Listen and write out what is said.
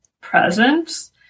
presence